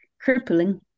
crippling